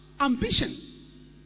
Ambition